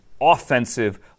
offensive